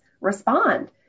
respond